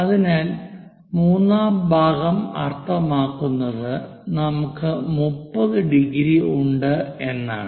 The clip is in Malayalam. അതിനാൽ മൂന്നാം ഭാഗം അർത്ഥമാക്കുന്നത് നമുക്ക് 30 ഡിഗ്രി ഉണ്ട് എന്നാണ്